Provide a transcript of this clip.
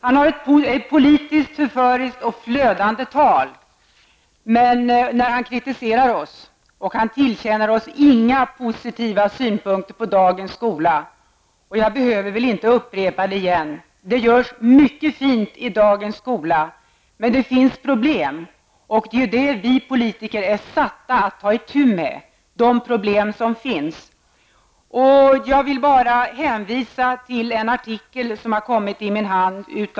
Han har ett politiskt förföriskt och flödande tal när han kritiserar oss. Han tillkänner oss inga positiva synpunkter på dagens skola. Jag behöver väl inte upprepa det igen: Det görs mycket fint i dagens skola, men det finns problem. Och de problem som finns är ju vad vi politiker är satta att ta itu med. Jag vill gärna hänvisa till en alldeles ny artikel som har kommit i min hand.